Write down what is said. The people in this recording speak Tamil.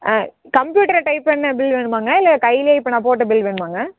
ஆ கம்ப்யூட்ரில் டைப் பண்ணிண பில் வேணுமாங்க இல்லை கையிலே இப்போ நான் போட்ட பில் வேணுமாங்க